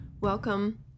Welcome